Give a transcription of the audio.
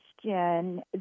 question